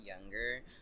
younger